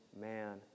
man